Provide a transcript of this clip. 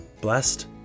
blessed